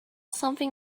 something